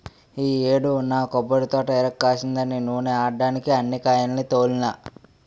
ఈ యేడు నా కొబ్బరితోట ఇరక్కాసిందని నూనే ఆడడ్డానికే అన్ని కాయాల్ని తోలినా